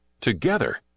Together